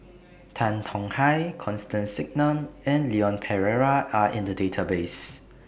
Tan Tong Hye Constance Singam and Leon Perera Are in The Database